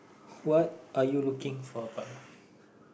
what are you looking for a partner